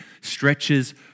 stretches